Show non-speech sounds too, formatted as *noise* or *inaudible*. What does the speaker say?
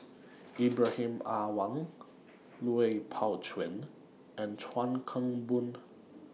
*noise* Ibrahim Awang Lui Pao Chuen and Chuan Keng Boon *noise*